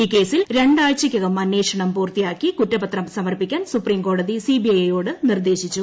ഈ കേസിൽ രണ്ടാഴ്ചയ്ക്കകം അന്വേഷണം പൂർത്തിയാക്കി കുറ്റപത്രം സമർപ്പിക്കാൻ സുപ്രീംകോടതി സിബിഐയോട് നിർദ്ദേശിച്ചു